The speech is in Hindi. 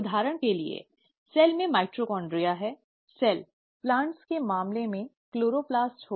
उदाहरण के लिए सेल में माइटोकॉन्ड्रिया है कोशिका पौधों के मामले में क्लोरोप्लास्ट होगा